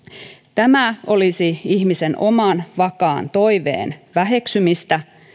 tämä olisi ihmisen oman vakaan toiveen väheksymistä